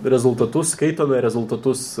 rezultatus skaitome rezultatus